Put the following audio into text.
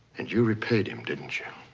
and you repaid him, didn't you?